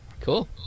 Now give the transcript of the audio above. Cool